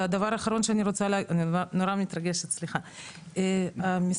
אני נורא מתרגשת, סליחה.